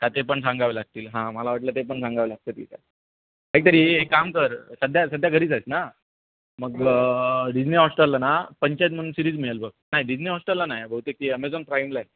हां ते पण सांगावे लागतील हां मला वाटलं ते पण सांगावं लागतं की काय काहीतरी एक काम कर सध्या सध्या घरीच आहेस ना मग डिजनी हॉस्टेलला ना पंचायत म्हणून सिरीज मिळेल बघ नाही डिजनी हॉस्टेलला नाही बहुतेक ती ॲमेझॉन प्राईमला आहे